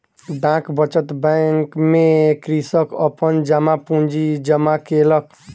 डाक बचत बैंक में कृषक अपन जमा पूंजी जमा केलक